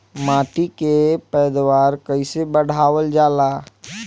माटी के पैदावार कईसे बढ़ावल जाला?